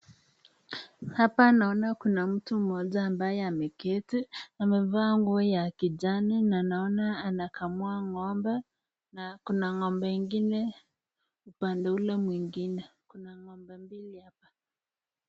Hapa naona Kuna mtu mmoja mwenye ameketi, amevaa nguo ya kijani na naona anakamua ng'ombe na Kuna ng'ombe ingine pande ule mwingine Kuna ng'ombe mbili hapa.